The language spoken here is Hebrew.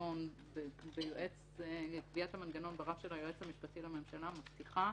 המנגנון ברף של היועץ המשפטי לממשלה מבטיחה